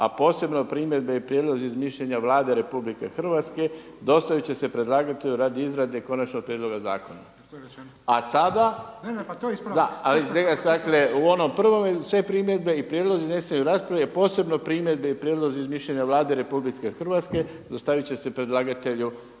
a posebno primjedbe i prijedlozi iz mišljenja Vlade RH dostavit će se predlagatelju radi izrade konačnog prijedloga zakona. A sada dakle u onom prvom sve primjedbe i prijedlozi izneseni u raspravi, a posebno primjedbi i prijedlozi iz mišljenja Vlade RH dostavit će se predlagatelju